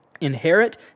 inherit